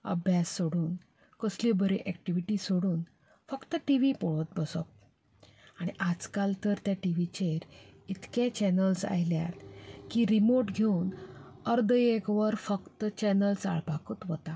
अभ्यास सोडून कसल्योय बऱ्यो एक्टीविटीज सोडून फक्त टी व्ही पळयत बसप आनी आजकाल तर ते टी व्हीचेर इतके चॅनल्स आयल्यात की रिमोट घेवन अर्द एक वर फक्त चॅनल्स चाळपाकूच वता